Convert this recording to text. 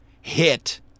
hit